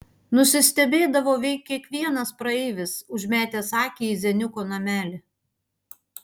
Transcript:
nusistebėdavo veik kiekvienas praeivis užmetęs akį į zeniuko namelį